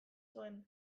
zuen